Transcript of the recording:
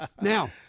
Now